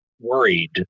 worried